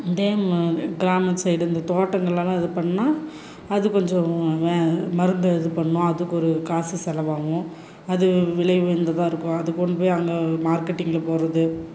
இதே கிராமம் சைடு இந்த தோட்டங்களெல்லாம் இது பண்ணால் அது கொஞ்சம் வே மருந்து இது பண்ணும் அதுக்கொரு காசு செலவாகும் அது விலை உயர்ந்ததாக இருக்கும் அதை கொண்டு போய் அங்கே மார்க்கெட்டிங்ல போடுறது